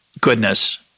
goodness